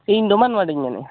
ᱤᱧ ᱰᱚᱢᱟᱱ ᱢᱟᱱᱰᱤᱧ ᱢᱮᱱᱮᱫᱼᱟ